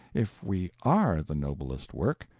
if we are the noblest work,